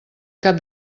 cap